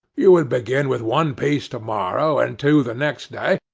you would begin with one piece to-morrow, and two the next day,